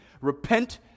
Repent